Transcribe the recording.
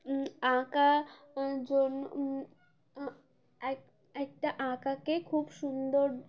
আঁকা জন্য এক একটা আঁকাকে খুব সুন্দর